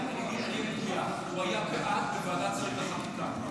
הוא היה בעד בוועדת השרים לחקיקה.